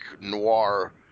noir